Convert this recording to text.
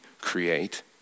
create